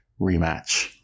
rematch